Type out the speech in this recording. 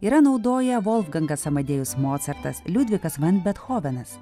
yra naudoję volfgangas amadėjus mocartas liudvikas van bethovenas